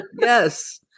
Yes